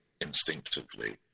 instinctively